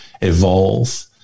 evolve